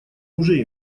уже